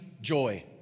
joy